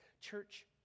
Church